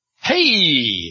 Hey